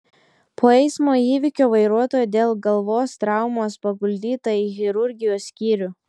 po eismo įvykio vairuotoja dėl galvos traumos paguldyta į chirurgijos skyrių